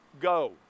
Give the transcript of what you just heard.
go